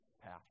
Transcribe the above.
path